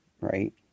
right